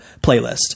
playlist